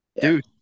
dude